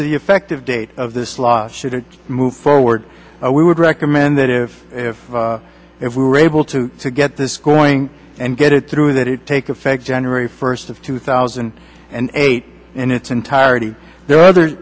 the effective date of this law should move forward we would recommend that if if if we were able to get this going and get it through that it take effect january first of two thousand and eight in its entirety there are other